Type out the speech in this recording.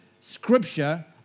scripture